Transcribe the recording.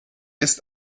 ist